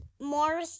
more